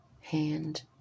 hand